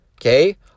Okay